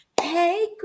hey